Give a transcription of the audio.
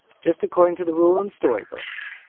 just according to the rule in story books.